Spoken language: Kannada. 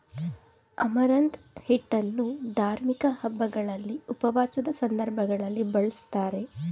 ಅಮರಂತ್ ಹಿಟ್ಟನ್ನು ಧಾರ್ಮಿಕ ಹಬ್ಬಗಳಲ್ಲಿ, ಉಪವಾಸದ ಸಂದರ್ಭಗಳಲ್ಲಿ ಬಳ್ಸತ್ತರೆ